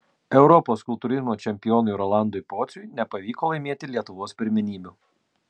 europos kultūrizmo čempionui rolandui pociui nepavyko laimėti lietuvos pirmenybių